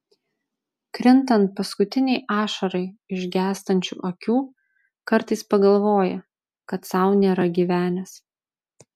krintant paskutinei ašarai iš gęstančių akių kartais pagalvoja kad sau nėra gyvenęs